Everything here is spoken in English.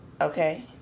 okay